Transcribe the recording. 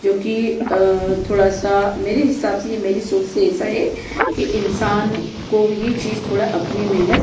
जो कि थोड़ा सा मेरे हिसाब से या मेरी सोच से ऐसा है कि इंसान को यह चीज़ थोड़ा अपनी मेहनत